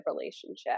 relationship